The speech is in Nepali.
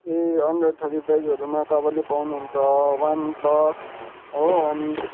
ए अन्त थर्टी फाइभहरूमा तपाईँले पाउनुहुन्छ वान प्लस हो अनि